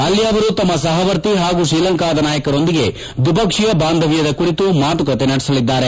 ಅಲ್ಲಿ ಅವರು ತಮ್ನ ಸಹವರ್ತಿ ಹಾಗೂ ಶ್ರೀಲಂಕಾದ ನಾಯಕರೊಂದಿಗೆ ದ್ವಿಪಕ್ಷೀಯ ಬಾಂಧವ್ದದ ಕುರಿತು ಮಾತುಕತೆ ನಡೆಸಲಿದ್ದಾರೆ